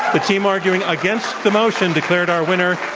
the team arguing against the motion declared our winner.